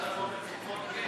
27 בעד,